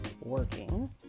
working